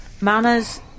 Manners